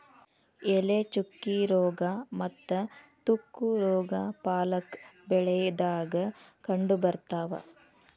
ಎಲೆ ಚುಕ್ಕಿ ರೋಗಾ ಮತ್ತ ತುಕ್ಕು ರೋಗಾ ಪಾಲಕ್ ಬೆಳಿದಾಗ ಕಂಡಬರ್ತಾವ